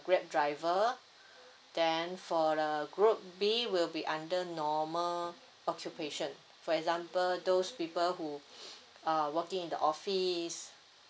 grab driver then for the group B will be under normal occupation for example those people who uh working in the office